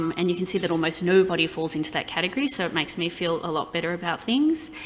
um and you can see that almost nobody falls into that category. so it makes me feel a lot better about things.